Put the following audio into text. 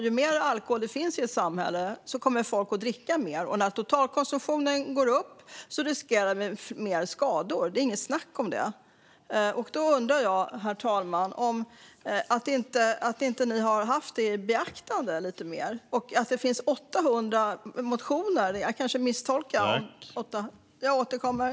Ju mer alkohol det finns i ett samhälle, desto mer kommer folk att dricka, och när totalkonsumtionen går upp riskerar vi mer skador. Det är inget snack om den saken. Jag undrar, herr talman, varför Centerpartiet inte har tagit detta i beaktande lite mer. Det finns 800 motioner, om jag inte har misstolkat något.